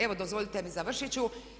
Evo dozvolite mi završit ću.